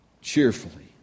cheerfully